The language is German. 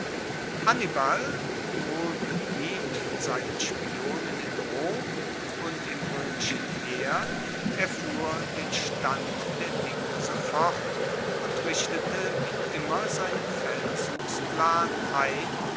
hannibal wohlbedient von seinen spionen in rom und im roemischen heer erfuhr den stand der dinge sofort und richtete wie immer seinen feldzugsplan ein